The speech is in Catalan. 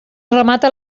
remata